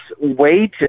wait